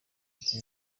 ati